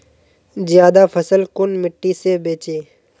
ज्यादा फसल कुन मिट्टी से बेचे?